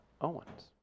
Owens